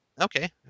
Okay